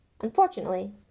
Unfortunately